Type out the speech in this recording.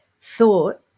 thought